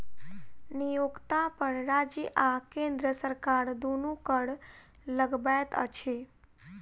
नियोक्ता पर राज्य आ केंद्र सरकार दुनू कर लगबैत अछि